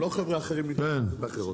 לא חבר'ה אחרים מאינטגרציות אחרות.